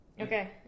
Okay